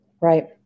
Right